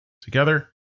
together